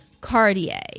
Cartier